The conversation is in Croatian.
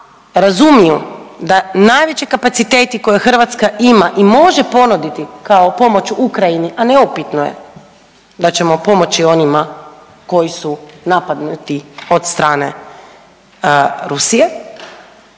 razumiju da najveći kapaciteti koje Hrvatska ima i može ponuditi kao pomoć Ukrajini, a neupitno je da ćemo pomoći onima koji su napadnuti od strane Rusije